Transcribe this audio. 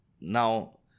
now